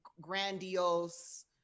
grandiose